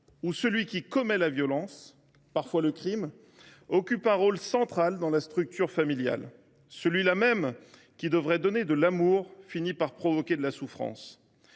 Celui qui commet la violence, parfois le crime, occupe un rôle central dans la structure familiale ; celui là même qui devrait donner de l’amour finit par provoquer de la souffrance.